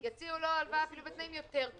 בוקר טוב,